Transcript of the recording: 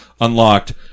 unlocked